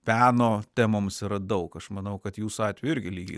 peno temoms yra daug aš manau kad jūsų atveju irgi lygiai